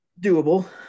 doable